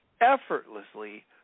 effortlessly